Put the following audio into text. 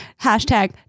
hashtag